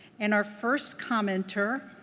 and our first commenter